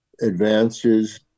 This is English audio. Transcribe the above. advances